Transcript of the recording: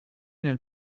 nel